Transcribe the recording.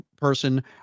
Person